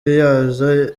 yazo